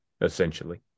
essentially